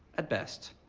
at best.